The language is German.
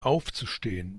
aufzustehen